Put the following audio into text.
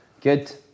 Good